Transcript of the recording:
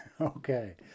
Okay